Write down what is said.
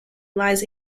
lies